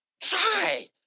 Try